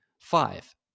Five